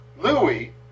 Louis